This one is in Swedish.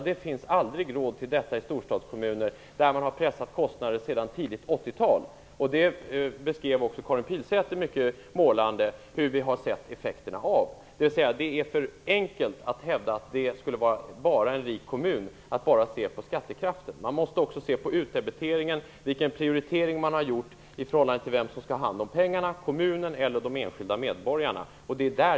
Det finns aldrig pengar till sådant i storstadskommunerna, där man har pressat kostnader sedan tidigt 80-tal. Karin Pilsäter beskrev mycket målande effekterna av detta. Det är för enkelt att hävda att man kan avgöra huruvida en kommun är rik bara genom att se till skattekraften. Man måste också se till utdebiteringen, dvs. vilken prioritering man har gjort i förhållande till vem som skall ha hand om pengarna: kommunen eller de enskilda medborgarna.